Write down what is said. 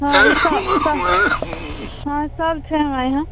हँ ई सर सब सब छै हमरा इहाँ